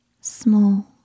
small